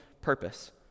purpose